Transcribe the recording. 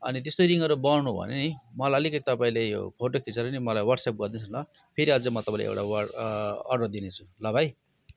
अनि त्यस्तै रिङहरू बनाउनु भयो भने नि मलाई अलिकति तपाईँले यो फोटो खिचेर नि मलाई वाट्स एप गरिदिनु होस् न ल फेरि अझ म तपाईँलाई एउटा वार अर्डर दिने छु ल भाइ